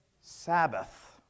Sabbath